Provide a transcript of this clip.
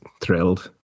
thrilled